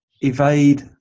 evade